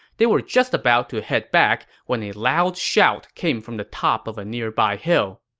they were just about to head back when a loud shout came from the top of a nearby hill.